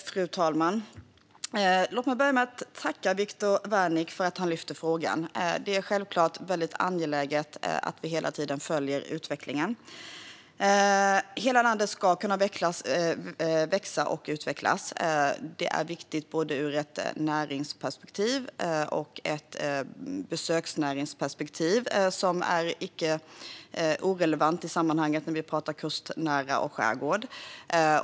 Fru talman! Låt mig börja med att tacka Viktor Wärnick för att han lyfter upp frågan. Det är självklart angeläget att vi hela tiden följer utvecklingen. Hela landet ska kunna växa och utvecklas. Det är viktigt både ur ett näringsperspektiv och ur ett besöksnäringsperspektiv. Det är icke irrelevant i sammanhanget, när vi pratar om det kustnära och om skärgård.